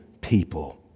people